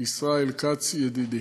ישראל כץ, ידידי.